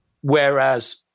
whereas